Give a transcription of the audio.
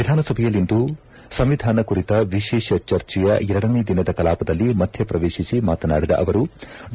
ವಿಧಾನಸಭೆಯಲ್ಲಿಂದು ಸಂವಿಧಾನ ಕುರಿತು ವಿಶೇಷ ಚರ್ಚೆಯ ಎರಡನೇ ದಿನದ ಕಲಾಪದಲ್ಲಿ ಮಧ್ಯ ಪ್ರವೇಶಿಸಿ ಮಾತನಾಡಿದ ಅವರು ಡಾ